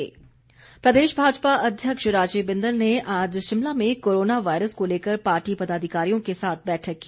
बिंदल प्रदेश भाजपा अध्यक्ष राजीव बिंदल ने आज शिमला में कोरोना वायरस को लेकर पार्टी पदाधिकारियों के साथ बैठक की